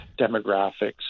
demographics